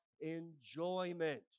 enjoyment